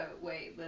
wait